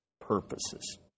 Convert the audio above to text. purposes